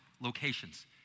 locations